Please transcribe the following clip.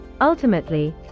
ultimately